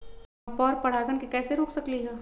हम पर परागण के कैसे रोक सकली ह?